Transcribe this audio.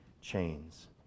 chains